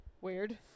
Weird